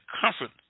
comfort